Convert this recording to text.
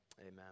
Amen